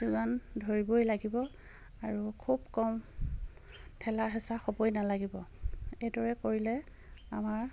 যোগান ধৰিবই লাগিব আৰু খুব কম ঠেলা হেঁচা হ'বই নালাগিব এইদৰে কৰিলে আমাৰ